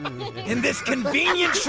in this convenient